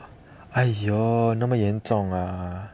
!aiyo! 那么严重 ah